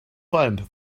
find